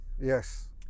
Yes